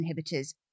inhibitors